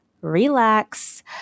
relax